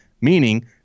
meaning